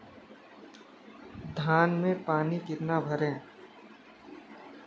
धान में पानी कितना भरें?